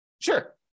Sure